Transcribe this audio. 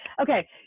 Okay